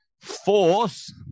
force